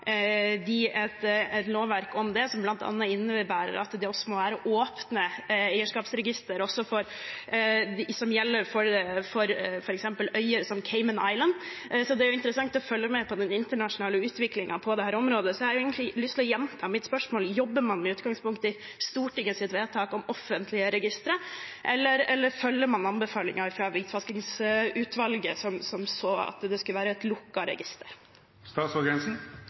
et lovverk om det som bl.a. innebærer at det også må være åpne eierskapsregistre som gjelder for f.eks. øyer som Cayman Islands. Det er interessant å følge med på den internasjonale utviklingen på dette området. Jeg har egentlig lyst til å gjenta mitt spørsmål: Jobber man i utgangspunktet etter Stortingets vedtak om offentlige registre, eller følger man anbefalingen fra Hvitvaskingslovutvalget, at det skulle være et